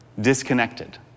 disconnected